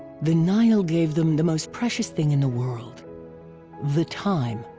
the nile gave them the most precious thing in the world the time.